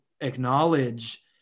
acknowledge